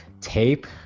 tape